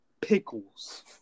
pickles